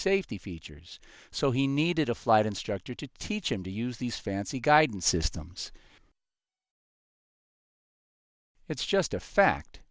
safety features so he needed a flight instructor to teach him to use these fancy guidance systems it's just a fact